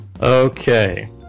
Okay